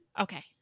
okay